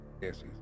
Yes